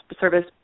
service